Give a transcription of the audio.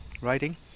Riding